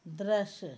दृश्य